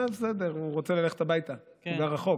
בסדר, הוא רוצה ללכת הביתה, הוא גר רחוק.